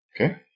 Okay